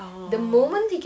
orh